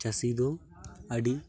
ᱪᱟᱹᱥᱤᱫᱚ ᱟᱹᱰᱤ